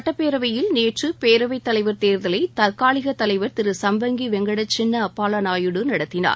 சட்டபேரவையில் நேற்று பேரவைத்தலைவர் தேர்தலை தற்காலிக தலைவர் திரு சம்பங்கி வெங்கட சின்ன அப்பாலாநாயுடு நடத்தினார்